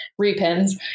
repins